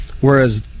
Whereas